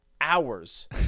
hours